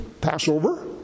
Passover